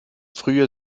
frühjahr